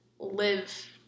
live